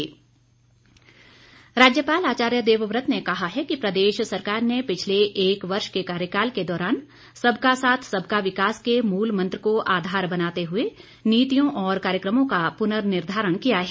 अभिभाषण राज्यपाल आचार्य देवव्रत ने कहा है कि प्रदेश सरकार ने पिछले एक वर्ष के कार्यकाल के दौरान सबका साथ सबका विकास के मूल मंत्र को आधार बनाते हुए नीतियों और कार्यक्रमों का पुनर्निधारण किया है